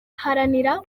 haranira